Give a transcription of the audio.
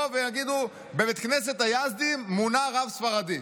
ויגידו: בבית כנסת היזדים מונה רב ספרדי.